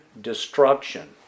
destruction